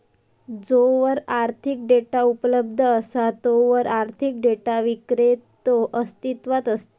जोवर आर्थिक डेटा उपलब्ध असा तोवर आर्थिक डेटा विक्रेतो अस्तित्वात असता